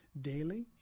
daily